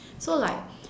so like